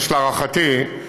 יש להערכתי,